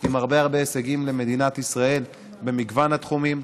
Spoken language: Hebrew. עם הרבה הרבה הישגים למדינת ישראל במגוון התחומים.